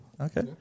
Okay